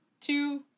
two